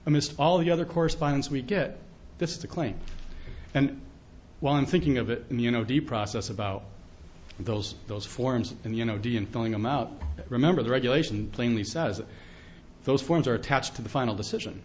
i missed all the other correspondence we get this to claim and while i'm thinking of it you know the process about those those forms and you know d and filling them out remember the regulation plainly says those forms are attached to the final decision